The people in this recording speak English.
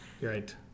Right